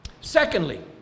Secondly